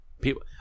people